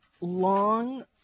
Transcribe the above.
long